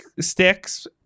sticks